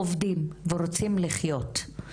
עובדים ורוצים לחיות,